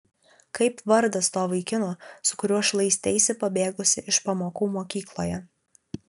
kaip vardas to vaikino su kuriuo šlaisteisi pabėgusi iš pamokų mokykloje